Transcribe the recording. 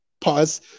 Pause